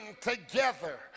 together